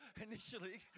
initially